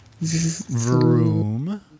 vroom